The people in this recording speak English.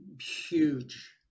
Huge